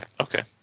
okay